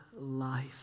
life